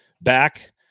back